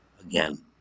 again